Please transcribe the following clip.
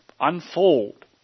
unfold